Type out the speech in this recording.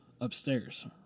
upstairs